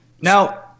Now